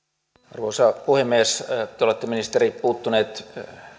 arvoisa puhemies te olette ministeri puuttunut